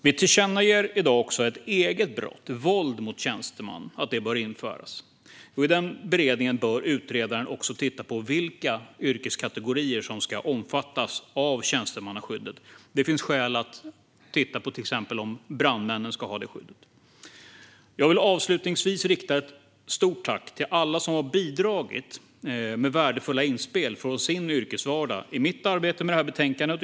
Vi tillkännager också i dag att brottsrubriceringen våld mot tjänsteman bör införas. I beredningen av detta bör utredaren också titta på vilka yrkeskategorier som ska omfattas av tjänstemannaskyddet. Det finns skäl att titta på om till exempel brandmännen ska ha detta skydd. Jag vill avslutningsvis rikta ett stort tack till alla som har bidragit med värdefulla inspel från sin yrkesvardag i mitt arbete med betänkandet.